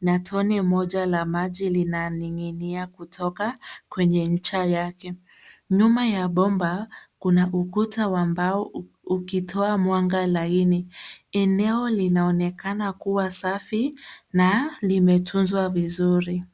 na tone moja la maji linaning'inia kutoka kwenye ncha yake. Nyuma ya bomba kuna ukuta wa mbao ukitoa mwanga laini. Eneo linaonekana kuwa safi na limetunzwa vizuri.